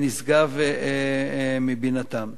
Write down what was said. נשגבים מבינתם.